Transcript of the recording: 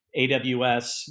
AWS